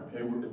okay